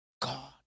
god